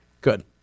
good